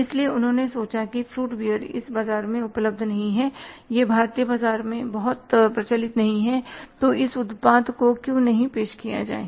इसलिए उन्होंने सोचा कि फ्रूट बीयर इस बाजार में मौजूद नहीं है यह भारतीय बाजार में बहुत प्रचलित नहीं है तो इस उत्पाद को क्यों नहीं पेश किया जाए